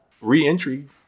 reentry